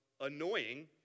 annoying